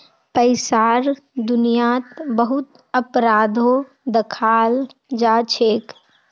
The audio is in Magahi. पैसार दुनियात बहुत अपराधो दखाल जाछेक